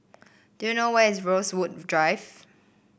do you know where is Rosewood Drive